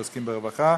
עוסקים ברווחה.